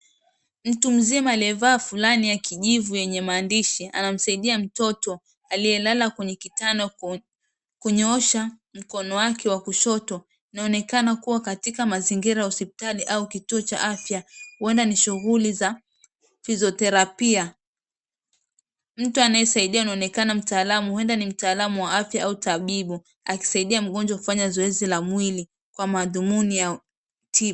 Mtu mzima aliyevaa fulana ya kijivu yenye maandishi anamsaidia mtoto aliyelala kwenye kitanda kunyoosha mkono wake wa kushoto. Inaonekana kuwa katika mazingira ya hospitali au kituo cha afya kuona ni shughuli za physiotherapia . Mtu anayesaidia anaonekana mtaalamu huenda ni mtaalamu wa afya ama tabibu akisaidia mgonjwa kufanya zoezi la mwili kwa madhumuni ya tiba.